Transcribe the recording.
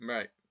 Right